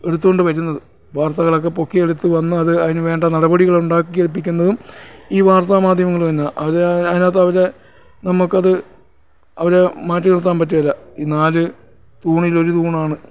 എടുത്തുകൊണ്ട് വരുന്നത് വാർത്തകളൊക്കെ പൊക്കിയെടുത്ത് വന്ന് അത് അതിനുവേണ്ട നടപടികൾ ഉണ്ടാക്കിയേൽപ്പിക്കുന്നതും ഈ വാർത്താ മാധ്യമങ്ങൾ തന്നെയാണ് അത് അതിനകത്തവര് നമ്മൾക്കത് അവരെ മാറ്റിനിർത്താൻ പറ്റില്ല ഈ നാല് തൂണിലൊരു തൂണാണ്